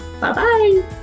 bye-bye